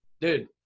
Dude